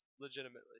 legitimately